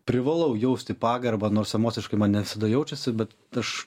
privalau jausti pagarbą nors emociškai man ne visąlaik jaučiasi bet aš